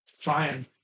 Trying